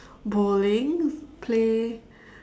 bowling play